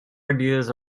ideas